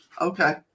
Okay